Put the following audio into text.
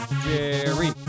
Jerry